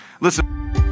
Listen